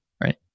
Right